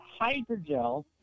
hydrogel